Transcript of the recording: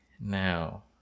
Now